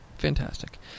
fantastic